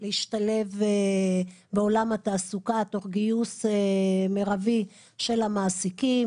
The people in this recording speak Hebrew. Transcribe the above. להשתלב בעולם התעסוקה תוך גיוס מירבי של המעסיקים.